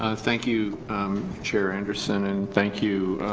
ah thank you chair anderson and thank you